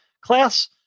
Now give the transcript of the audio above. class